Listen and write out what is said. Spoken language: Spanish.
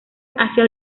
asia